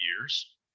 years